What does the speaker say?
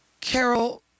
Carol